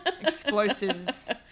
Explosives